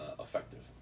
effective